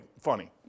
funny